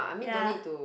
ya